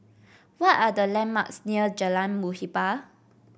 what are the landmarks near Jalan Muhibbah